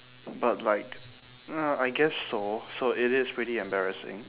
but like ya I guess so so it is pretty embarrassing